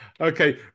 Okay